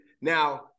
Now